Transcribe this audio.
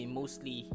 mostly